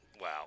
Wow